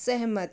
सहमत